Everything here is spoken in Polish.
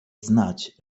znać